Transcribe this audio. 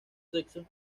sexos